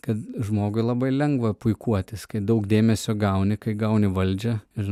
kad žmogui labai lengva puikuotis kai daug dėmesio gauni kai gauni valdžią ir